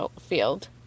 field